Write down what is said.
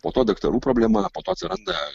po to daktarų problema po to atsiranda